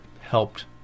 helped